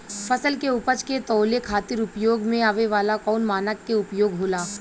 फसल के उपज के तौले खातिर उपयोग में आवे वाला कौन मानक के उपयोग होला?